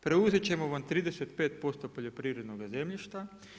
Preuzet ćemo vam 35% poljoprivrednoga zemljišta.